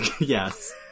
yes